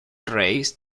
raised